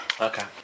Okay